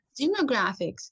demographics